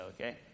okay